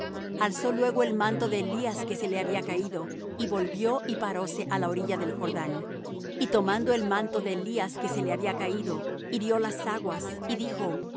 alzó luego el manto de elías que se le había caído y volvió y paróse á la orilla del jordán y tomando el manto de elías que se le había caído hirió las aguas y dijo